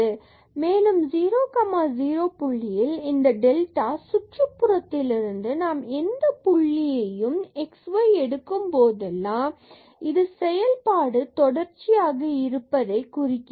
மேலும் இந்த 0 0 புள்ளியின் இந்த டெல்டா சுற்றுப்புறத்திலிருந்து நாம் எந்த புள்ளியையும் xy எடுக்கும்போதெல்லாம் இது செயல்பாடு தொடர்ச்சியாக இருப்பதைக் குறிக்கிறது